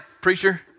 preacher